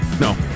No